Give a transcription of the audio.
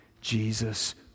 Jesus